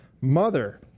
mother